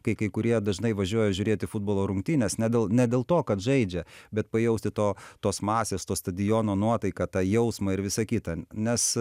kai kai kurie dažnai važiuoja žiūrėti futbolo rungtynes ne dėl ne dėl to kad žaidžia bet pajausti to tos masės to stadiono nuotaiką tą jausmą ir visa kita nes